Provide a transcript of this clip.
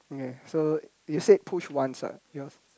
okay so you said push once ah